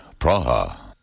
Praha